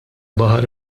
baħar